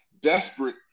desperate